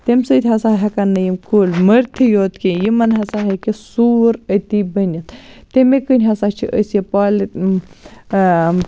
تَمہِ سۭتۍ ہسا ہیٚکَن نہٕ یِم کُلۍ مٔرتھٕے یوت کینٛہہ یِمن ہسا ہیٚکہِ سوٗر أتی بٔنِتھ تَمی کِنۍ ہسا چھِ أسۍ یہِ پالہِ